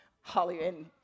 Hollywood